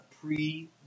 pre